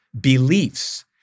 beliefs